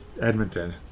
Edmonton